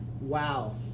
Wow